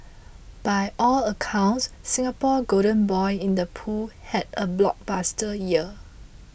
by all accounts Singapore's golden boy in the pool had a blockbuster year